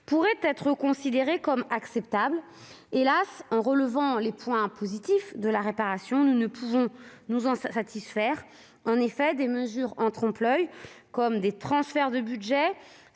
pourrait être considérée comme acceptable. Hélas, tout en relevant les points positifs de la réparation, nous ne pouvons pas nous en satisfaire. En effet, des mesures en trompe-l'oeil, comme des transferts de budget,